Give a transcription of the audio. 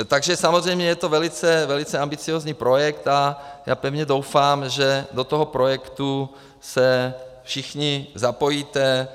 Takže samozřejmě je to velice, velice ambiciózní projekt a já pevně doufám, že do toho projektu se všichni zapojíte.